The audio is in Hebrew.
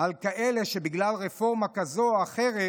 כל מיני חריקות על כאלה שבגלל רפורמה כזו או אחרת